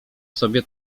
sobie